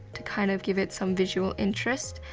to kind of give it some visual interest,